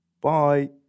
Bye